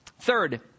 Third